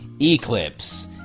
Eclipse